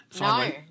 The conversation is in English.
No